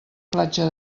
platja